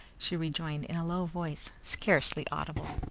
she rejoined in a low voice, scarcely audible.